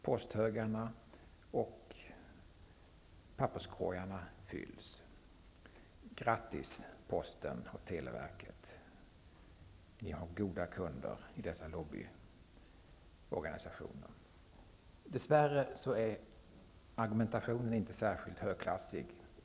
Posthögarna och papperskorgarna fylls. Grattis, posten och televerket, ni har goda kunder i dessa lobbyorganisationer. Dess värre är inte argumentationen särskilt högklassig.